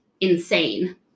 insane